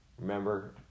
remember